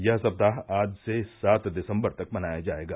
यह सप्ताह आज से सात दिसम्बर तक मनाया जायेगा